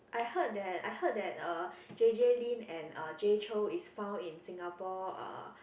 I heard that I heard that uh J_J-Lin and uh Jay-Chou is found in Singapore uh